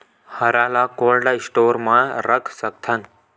हरा ल cold store म रख सकथन?